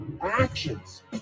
actions